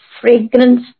fragrance